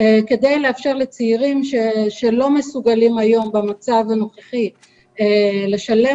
כדי לאפשר לצעירים שלא מסוגלים היום במצב הנוכחי לשלם